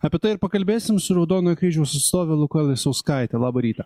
apie tai ir pakalbėsim su raudonojo kryžiaus atstove luka lisauskaitė labą rytą